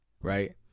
Right